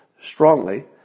strongly